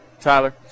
Tyler